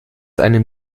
einem